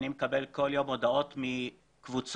אני עקבתי גם אחרי הכניסה שלכן ואחרי